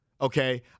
okay